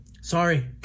Sorry